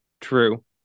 True